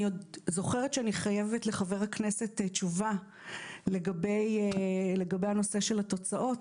אני עוד זוכרת שאני חייבת לחבר הכנסת תשובה לגבי הנושא של התוצאות,